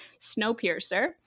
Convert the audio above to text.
Snowpiercer